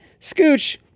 Scooch